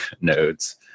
nodes